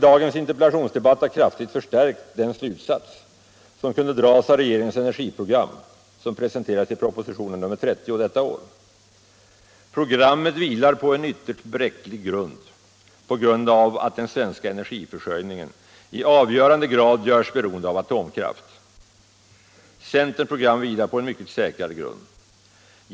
Dagens interpellationsdebatt har kraftigt förstärkt den slutsats som kunde dras av regeringens energiprogram som presenterades i propositionen nr 30 i år. Programmet vilar på en ytterst bräcklig grund därför att den svenska energiförsörjningen i avgörande grad görs beroende av atomkraft. Centerns program vilar på en mycket säkrare grund.